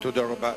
תודה רבה.